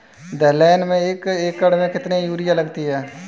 दलहन में एक एकण में कितनी यूरिया लगती है?